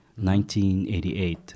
1988